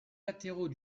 latéraux